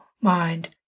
mind